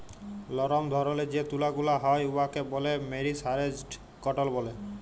লরম ধরলের যে তুলা গুলা হ্যয় উয়াকে ব্যলে মেরিসারেস্জড কটল ব্যলে